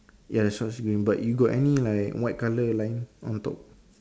ya shorts green but you got any like white colour line on top